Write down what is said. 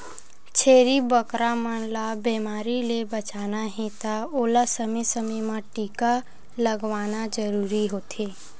छेरी बोकरा मन ल बेमारी ले बचाना हे त ओला समे समे म टीका लगवाना जरूरी होथे